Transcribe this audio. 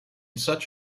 such